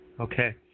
okay